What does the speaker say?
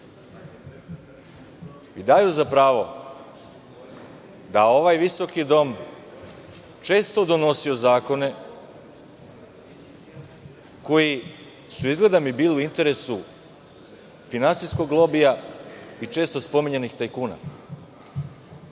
daju za pravo da ovaj visoki dom je često donosio zakone koji su, izgleda, bili u interesu finansijskog lobija i često spominjanih tajkuna.